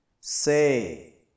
Say